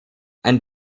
ein